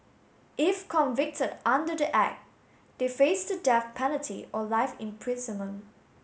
if convicted under the Act they face the death penalty or life imprisonment